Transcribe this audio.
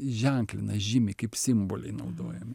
įženklina žymi kaip simboliai naudojami